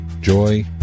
joy